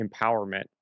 empowerment